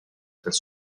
elles